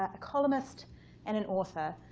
a columnist and an author.